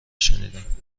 شنیدم